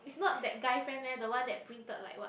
is not that guy friend meh the one that printed like what